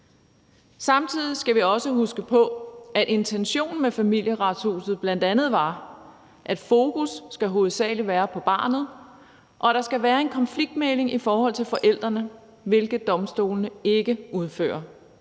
Samtidig skal vi også huske på, at intentionen med Familieretshuset bl.a. var, at fokus hovedsagelig skal være på barnet, og at der skal være en konfliktmægling i forhold til forældrene, hvilket domstolene ikke udfører.